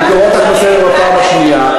אני קורא אותך לסדר בפעם השנייה.